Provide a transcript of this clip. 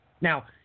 Now